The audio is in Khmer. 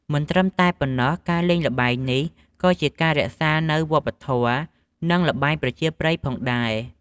មិនត្រឹមតែប៉ុណ្ណោះការលេងល្បែងនេះ ក៏ជាការរក្សានៅវប្បធម៍ និងល្បែងប្រជាប្រិយផងដែរ។